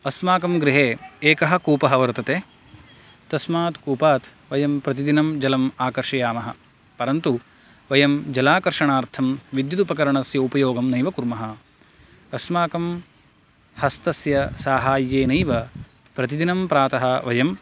अस्माकं गृहे एकः कूपः वर्तते तस्मात् कूपात् वयं प्रतिदिनं जलं आकर्षयामः परन्तु वयं जलाकर्षणार्थं विद्युदुपकरणस्य उपयोगं नैव कुर्म अस्माकं हस्तस्य साहाय्येनैव प्रतिदिनं प्रातः वयं